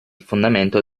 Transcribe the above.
fondamento